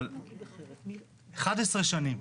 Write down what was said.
אבל 11 שנים,